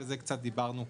על זה קצת דיברנו קודם.